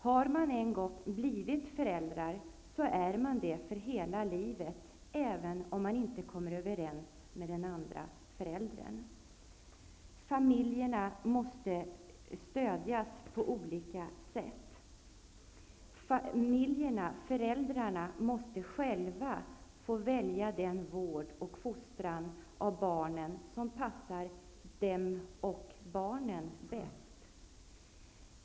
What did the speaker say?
Har man en gång blivit förälder, är man det för hela livet, även om man inte kommer överens med den andre föräldern. Familjen måste på olika sätt stödjas. Föräldrarna måste själva få välja den vård och fostran av barnen som passar dem och barnen bäst.